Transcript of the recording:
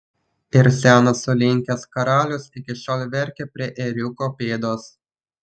ir senas sulinkęs karalius iki šiol verkia prie ėriuko pėdos